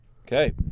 okay